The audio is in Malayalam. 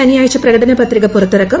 ശനിയാഴ്ച പ്രകടന പത്രിക പുറത്തിറക്കും